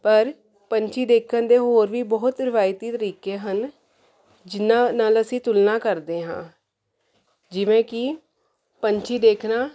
ਪਰ ਪੰਛੀ ਦੇਖਣ ਦੇ ਹੋਰ ਵੀ ਬਹੁਤ ਰਿਵਾਇਤੀ ਤਰੀਕੇ ਹਨ ਜਿਹਨਾਂ ਨਾਲ ਅਸੀਂ ਤੁਲਨਾ ਕਰਦੇ ਹਾਂ ਜਿਵੇਂ ਕਿ ਪੰਛੀ ਦੇਖਣਾ